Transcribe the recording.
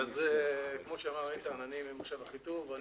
כמו שאמרת איתן, אני ממושב אחיטוב.